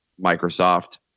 Microsoft